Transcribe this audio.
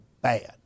bad